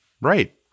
right